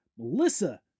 Melissa